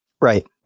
right